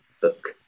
book